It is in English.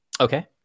Okay